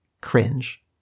cringe